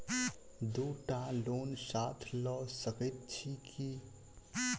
दु टा लोन साथ लऽ सकैत छी की?